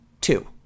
two